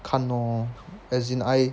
看 lor as in I